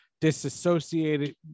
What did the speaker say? disassociated